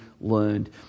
learned